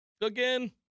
Again